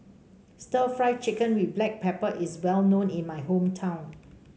stir Fry Chicken with Black Pepper is well known in my hometown